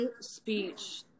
speech